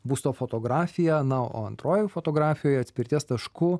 būsto fotografija na o antroji fotografija atspirties tašku